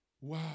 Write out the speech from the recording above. Wow